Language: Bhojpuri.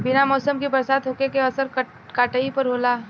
बिना मौसम के बरसात होखे के असर काटई पर होला